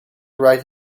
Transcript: write